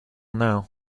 now